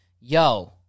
Yo